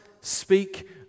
speak